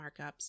markups